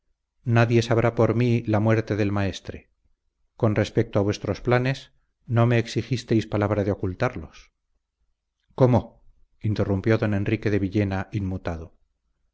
nadie sabrá por mí la muerte del maestre con respecto a vuestros planes no me exigisteis palabra de ocultarlos cómo interrumpió don enrique de villena inmutado